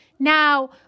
Now